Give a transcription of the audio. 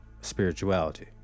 spirituality